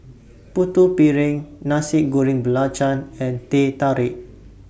Putu Piring Nasi Goreng Belacan and Teh Tarik